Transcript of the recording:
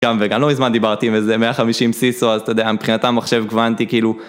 גם וגם לא מזמן דיברתי עם איזה 150 סיסו אז אתה יודע מבחינתם מחשב קוואנטי כאילו